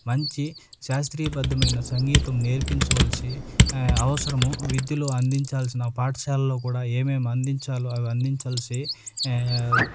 మంచి శాస్త్రీయబద్ధమైన సంగీతం నేర్పించవల్సి అవసరము విద్యలో అందించాల్సిన పాఠశాలలో కూడా ఏమేం అందించాలో అవి అందించాల్సి